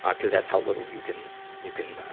ah, cuz that's how little you can, you can,